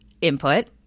input